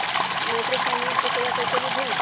Microfinance के सेवा कइसे विधि?